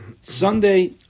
Sunday